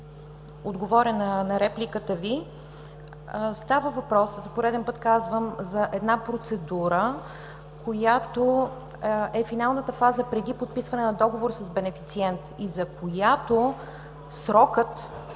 отговоря на репликата Ви. Става въпрос, за пореден път казвам, за една процедура, която е финалната фаза преди подписване на договор с бенефициент и за която срокът